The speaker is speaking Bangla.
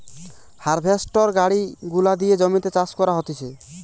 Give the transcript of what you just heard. হার্ভেস্টর গাড়ি গুলা দিয়ে জমিতে চাষ করা হতিছে